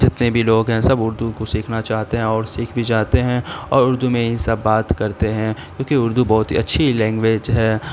جتنے بھی لوگ ہیں سب اردو کو سیکھنا چاہتے ہیں اور سیکھ بھی جاتے ہیں اور اردو میں ہی سب بات کرتے ہیں کیونکہ اردو بہت ہی اچھی لینگویج ہے